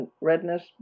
redness